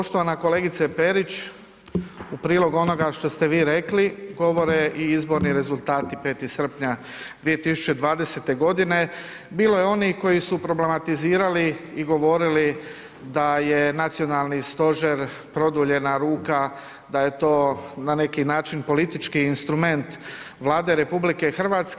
Poštovana kolegice Perić, u prilog onoga što ste vi rekli govore i izborni rezultati 5. srpnja 2020. godine, bilo je onih koji su problematizirali i govorili da je Nacionalni stožer produljena ruka, da je to na neki način politički instrument Vlade RH.